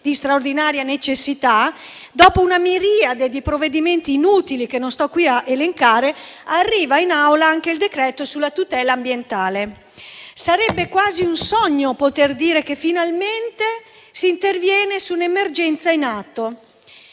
di straordinaria necessità, dopo una miriade di provvedimenti inutili che non sto qui a elencare, arriva in Assemblea anche il decreto-legge sulla tutela ambientale. Sarebbe quasi un sogno poter dire che finalmente si interviene su un'emergenza in atto.